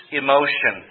emotion